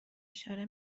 اشاره